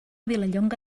vilallonga